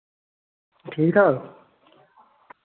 ठीक ठाक